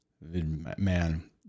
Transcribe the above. Man